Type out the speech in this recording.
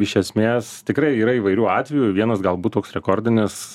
iš esmės tikrai yra įvairių atvejų vienas galbūt toks rekordinis